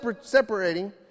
separating